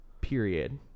period